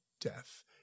death